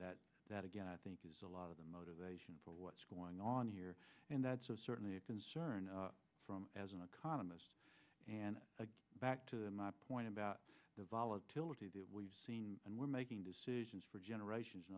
that that again i think is a lot of the motivation for what's going on on here and that's certainly a concern from as an economist and back to my point about the volatility that we've seen and we're making decisions for generations in